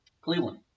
Cleveland